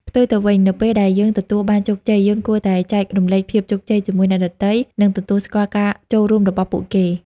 ផ្ទុយទៅវិញ នៅពេលដែលយើងទទួលបានជោគជ័យ យើងគួរតែចែករំលែកភាពជោគជ័យជាមួយអ្នកដទៃ និងទទួលស្គាល់ការចូលរួមរបស់ពួកគេ។